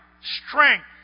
strength